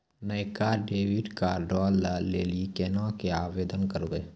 नयका डेबिट कार्डो लै लेली केना के आवेदन करबै?